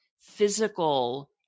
physical